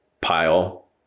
pile